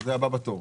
זה הבא בתור.